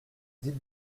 dites